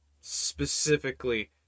specifically